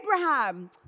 Abraham